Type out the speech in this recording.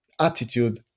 attitude